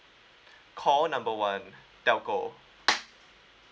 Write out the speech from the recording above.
call number one telco